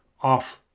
off